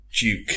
duke